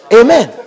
amen